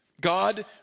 God